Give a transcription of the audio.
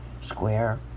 square